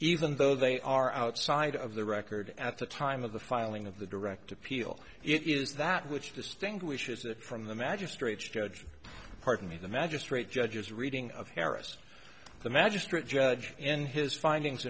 even though they are outside of the record at the time of the filing of the direct appeal it is that which distinguishes it from the magistrates judge pardon me the magistrate judges reading of harris the magistrate judge in his findings